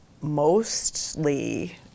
mostly